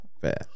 fair